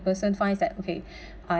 person finds that okay I